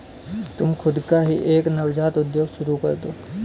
तुम खुद का ही एक नवजात उद्योग शुरू करदो